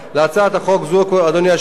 אדוני היושב-ראש,